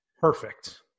perfect